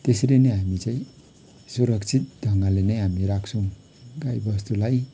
त्यसरी नै हामी चाहिँ सुरक्षित ढङ्गले नै हामीले राख्छौँ गाई बस्तुलाई